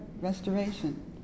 restoration